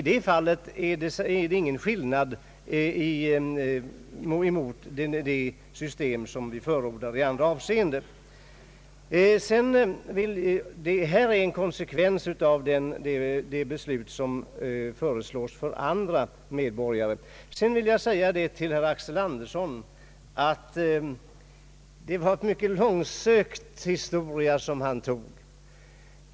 I det fallet är det ingen skillnad mot det system som vi förordar i andra avseenden. Det här är en konsekvens av det beslut som föreslås för andra medborgare. Till herr Axel Andersson vill jag säga att det var en mycket långsökt historia som han drog.